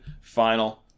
Final